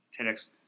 TEDx